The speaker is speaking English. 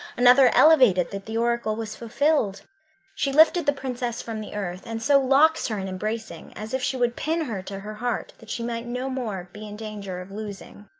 another elevated that the oracle was fulfilled she lifted the princess from the earth, and so locks her in embracing, as if she would pin her to her heart, that she might no more be in danger of losing.